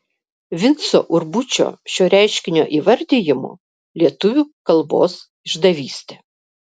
vinco urbučio šio reiškinio įvardijimu lietuvių kalbos išdavystė